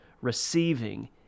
receiving